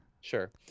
Sure